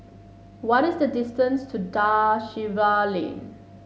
what is the distance to Da Silva Lane